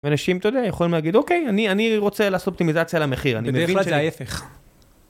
אנשים, אתה יודע, יכולים להגיד, אוקיי, אני רוצה לעשות אופטימיזציה למחיר. ובכלל זה ההפך.